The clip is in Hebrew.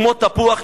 כמו תפוח,